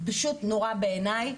זה פשוט נורא בעיניי.